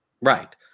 right